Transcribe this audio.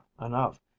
enough